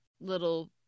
little